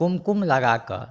कुमकुम लगाकऽ